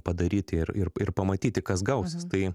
padaryti ir ir ir pamatyti kas gausis tai